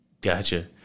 Gotcha